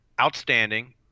outstanding